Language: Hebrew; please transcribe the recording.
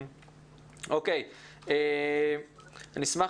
אני אשמח,